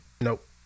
Nope